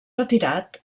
retirat